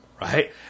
right